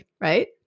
right